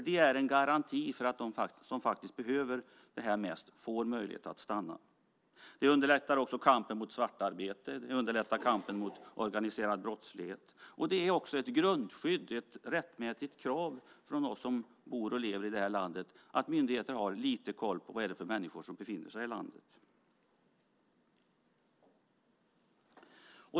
Det är en garanti för att de som faktiskt behöver det mest får möjlighet att stanna. Det underlättar också kampen mot svartarbete. Det underlättar kampen mot organiserad brottslighet. Det är också ett grundskydd och ett rättmätigt krav från oss som bor och lever i det här landet att myndigheter har lite koll på vad det är för människor som befinner sig här.